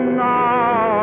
now